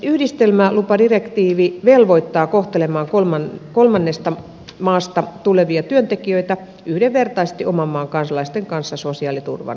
yhdistelmälupadirektiivi velvoittaa kohtelemaan kolmannesta maasta tulevia työntekijöitä yhdenvertaisesti oman maan kansalaisten kanssa sosiaaliturvan alalla